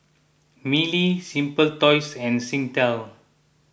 Mili Simply Toys and Singtel